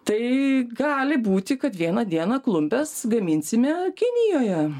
tai gali būti kad vieną dieną klumpes gaminsime kinijoje